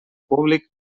públic